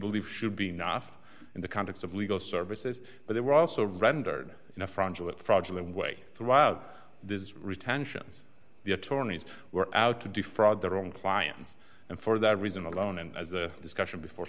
believe should be enough in the context of legal services but they were also rendered in a frontal fraudulent way throughout this retentions the attorneys were out to defraud their own clients and for that reason alone and as the discussion before